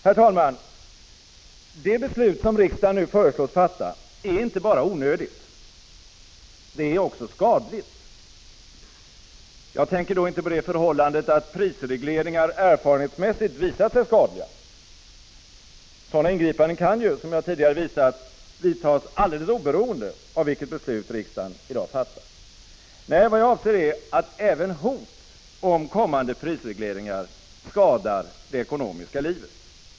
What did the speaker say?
Herr talman! Det beslut som riksdagen nu föreslås fatta är inte bara onödigt. Det är också skadligt. Jag tänker då inte på det förhållandet att prisregleringar erfarenhetsmässigt visat sig vara skadliga. Sådana ingripanden kan ju, som jag tidigare visat, vidtas alldeles oberoende av vilket beslut riksdagen i dag fattar. Nej, vad jag avser är att även hot om kommande prisregleringar skadar det ekonomiska livet.